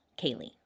Kaylee